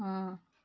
ହଁ